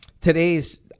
today's